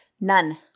none